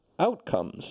Outcomes